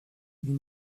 les